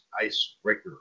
Icebreaker